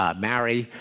um marry.